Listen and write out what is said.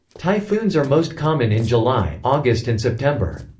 typhoons are most common in july, august and september.